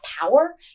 power